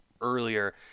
earlier